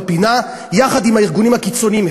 בפינה יחד עם הארגונים הקיצוניים.